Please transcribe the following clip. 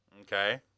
Okay